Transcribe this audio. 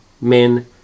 men